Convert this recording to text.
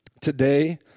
today